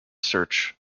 search